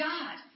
God